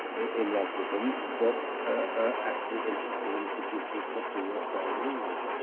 in love with them, but ah actually interested in producing something worthwhile in english.